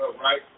right